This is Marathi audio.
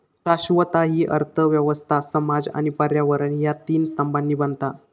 शाश्वतता हि अर्थ व्यवस्था, समाज आणि पर्यावरण ह्या तीन स्तंभांनी बनता